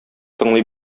тыңлый